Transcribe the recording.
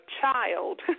child